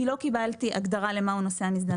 כי לא קיבלתי הגדרה למה הוא נוסע מזדמן.